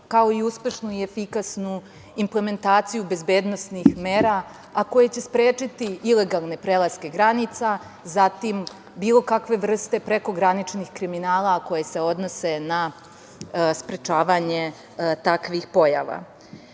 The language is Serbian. kao i uspešnu i efikasnu implementaciju bezbednosnih mera, a koje će sprečiti ilegalne prelaske granica, zatim, bilo kakve vrste prekograničnih kriminala koje se odnose na sprečavanje takvih